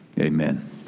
Amen